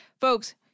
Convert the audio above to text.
Folks